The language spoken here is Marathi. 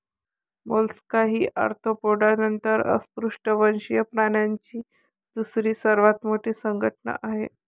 मोलस्का ही आर्थ्रोपोडा नंतर अपृष्ठवंशीय प्राण्यांची दुसरी सर्वात मोठी संघटना आहे